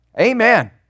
Amen